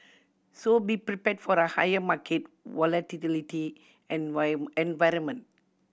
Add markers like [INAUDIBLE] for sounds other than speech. so be prepared for the higher market [UNINTELLIGIBLE] environment